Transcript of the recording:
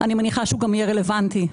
אני מניחה שהוא יהיה רלוונטי.